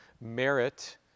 merit